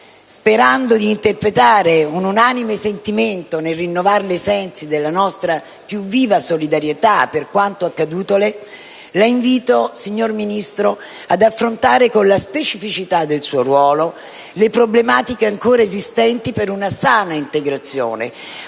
Sperando di interpretare un unanime sentimento, nel rinnovarle i sensi della nostra più viva solidarietà per quanto accadutole, la invito, signor Ministro, ad affrontare con la specificità del suo ruolo le problematiche ancora esistenti per realizzare una sana integrazione